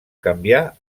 canviar